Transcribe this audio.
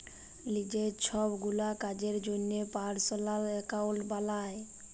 লিজের ছবগুলা কাজের জ্যনহে পার্সলাল একাউল্ট বালায়